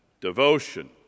devotion